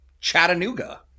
Chattanooga